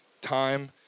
time